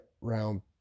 round